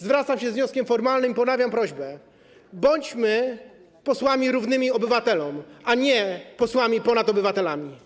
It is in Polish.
Zwracam się z wnioskiem formalnym i ponawiam prośbę: bądźmy posłami równymi obywatelom, a nie posłami ponad obywatelami.